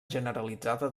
generalitzada